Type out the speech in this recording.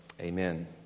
Amen